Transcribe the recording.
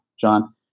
John